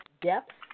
depth